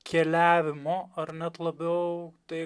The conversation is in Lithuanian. keliavimo ar net labiau tai